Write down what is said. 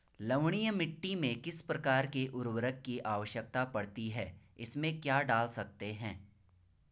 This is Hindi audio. लवणीय मिट्टी में किस प्रकार के उर्वरक की आवश्यकता पड़ती है इसमें क्या डाल सकते हैं?